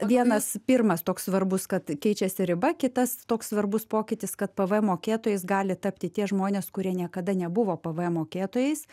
vienas pirmas toks svarbus kad keičiasi riba kitas toks svarbus pokytis kad pvm mokėtojais gali tapti tie žmonės kurie niekada nebuvo pvm mokėtojais